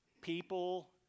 People